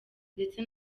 ndetse